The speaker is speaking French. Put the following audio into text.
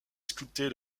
sculpté